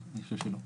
אני חושב שלא.